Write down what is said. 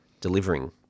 delivering